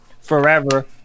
forever